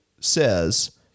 says